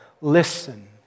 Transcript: Listen